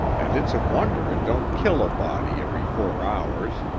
and it's a wonder it don't kill a body, every four hours.